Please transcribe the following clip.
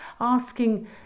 asking